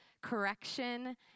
correction